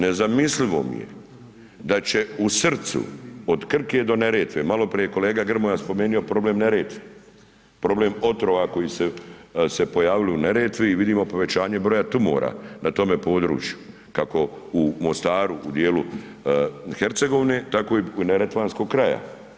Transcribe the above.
Nezamislivo mi je da će u srcu od Krke do Neretve, maloprije je kolega Grmoja spomenio problem Neretve, problem otrova koji su se pojavili u Neretvi i vidimo povećanje broja tumora na tome području, kako u Mostaru u dijelu Hercegovine, tako i neretvanskog kraja.